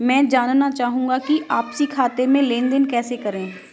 मैं जानना चाहूँगा कि आपसी खाते में लेनदेन कैसे करें?